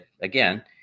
again